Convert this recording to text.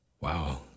wow